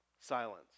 Silence